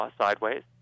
sideways